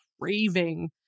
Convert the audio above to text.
craving